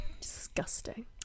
disgusting